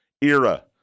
era